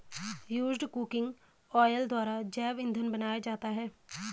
used cooking oil द्वारा जैव इंधन बनाया जाता है